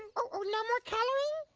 oh no more coloring?